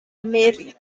merit